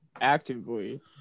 actively